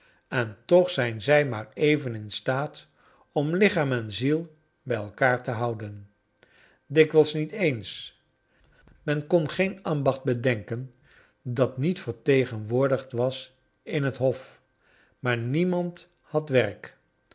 en toch zijn zij maar even in staat om lichaam en ziel bij elkaar te houden dikwijls niet eens men kon geen ambacht bedenken dat niet vertegenwoordigd was in het hof maar niemand had werk